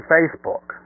Facebook